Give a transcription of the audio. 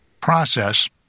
process